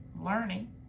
learning